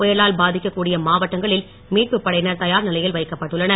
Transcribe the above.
புயலால் பாதிக்க கூடிய மாவட்டங்களில் மீட்பு படையினர் தயார் நிலையில் வைக்கப்பட்டுள்ளனர்